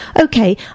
Okay